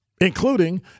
including